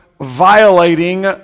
violating